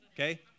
Okay